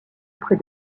près